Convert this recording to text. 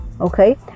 okay